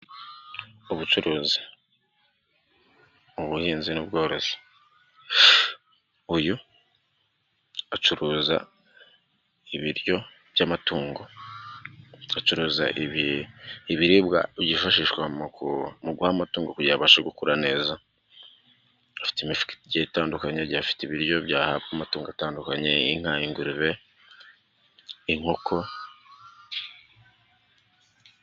Ubucuruzi mu buhinzi n'ubworozi uyu acuruza ibiryo by'amatungo, acuruza ibiribwa byifashishwa mu guha amatungo kugira ngo abashe gukura neza, afite imifuka igiye itandukanye ,agiye afite ibiryo byahabwa amatungo atandukanye, inka ,ingurube ,inkoko.